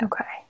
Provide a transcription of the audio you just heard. Okay